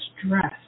stress